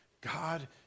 god